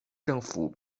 政府